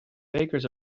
bakers